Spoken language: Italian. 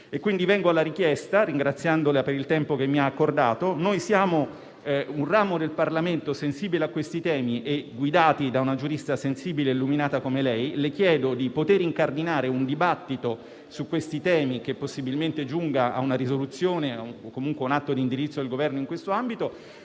Arrivo alla richiesta, ringraziandola per il tempo che mi ha accordato. Siamo un ramo del Parlamento sensibile a questi temi, guidati da una giurista sensibile e illuminata come lei; le chiedo di poter incardinare un dibattito su di essi che possibilmente giunga a una risoluzione o comunque ad un atto di indirizzo del Governo in questo ambito,